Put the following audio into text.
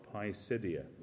Pisidia